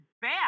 bad